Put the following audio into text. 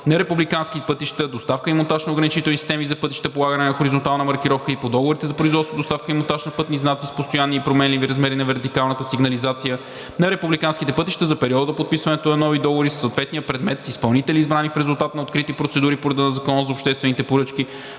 републикански пътища, доставка и монтаж на ограничителни системи за пътища, полагане на хоризонтална маркировка и по договорите за производство, доставка и монтаж на пътни знаци с постоянни и променливи размери на вертикална сигнализация на републиканските пътища за периода до подписването на нови договори със съответния предмет, с изпълнители, избрани в резултат на открити процедури по реда на Закона за обществените поръчки,